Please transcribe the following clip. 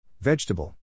Vegetable